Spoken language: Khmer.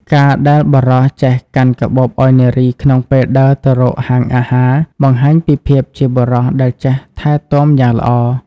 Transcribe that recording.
ការដែលបុរសចេះកាន់កាបូបឱ្យនារីក្នុងពេលដើរទៅរកហាងអាហារ បង្ហាញពីភាពជាបុរសដែលចេះថែទាំយ៉ាងល្អ។